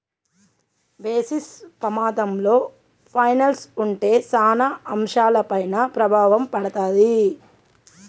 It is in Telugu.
బేసిస్ పమాధంలో పైనల్స్ ఉంటే సాన అంశాలపైన ప్రభావం పడతాది